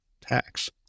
tax